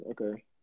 okay